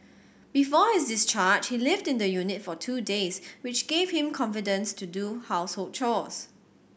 before his discharge he lived in the unit for two days which gave him confidence to do household chores